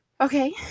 Okay